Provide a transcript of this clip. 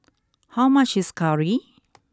how much is curry